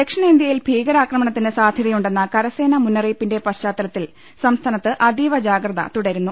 ദക്ഷിണേന്തൃയിൽ ഭീകരാക്രമണത്തിന് സാധൃതയുണ്ടെന്ന കരസേനാ മുന്നറിയിപ്പിന്റെ പശ്ചാത്തലത്തിൽ സംസ്ഥാനത്ത് അതീവ ജാഗ്രത തുട രുന്നു